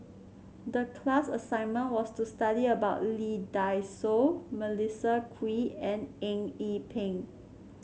the class assignment was to study about Lee Dai Soh Melissa Kwee and Eng Yee Peng